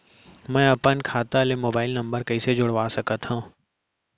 मैं अपन खाता ले मोबाइल नम्बर कइसे जोड़वा सकत हव?